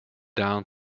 down